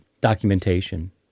documentation